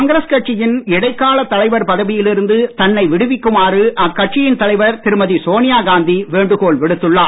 காங்கிரஸ் கட்சியின் இடைக்காலத் தலைவர் பதவியில் இருந்து தன்னை விடுவிக்குமாறு அக்கட்சியின் தலைவர் திருமதி சோனியாகாந்தி வேண்டுகோள் விடுத்துள்ளார்